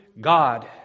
God